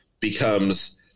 becomes